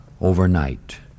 overnight